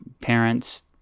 Parents